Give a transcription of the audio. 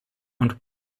und